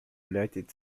united